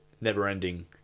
never-ending